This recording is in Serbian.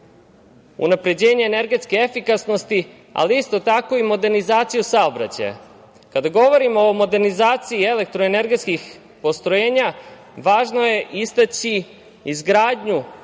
unapređenje energetske efikasnosti, ali isto tako i modernizaciju saobraćaja. Kada govorimo o modernizaciji elektroenergetskih postrojenja, važno je istaći izgradnju